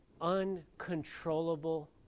uncontrollable